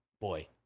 boy